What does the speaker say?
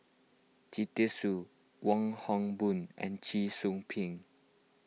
Jita Singh Wong Hock Boon and Cheong Soo Pieng